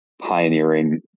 pioneering